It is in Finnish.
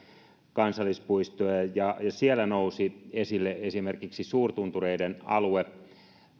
kansallispuistoja ja ja siellä nousi esille esimerkiksi suurtuntureiden alue